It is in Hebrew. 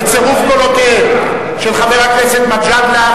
בצירוף קולותיהם של חבר הכנסת מג'אדלה,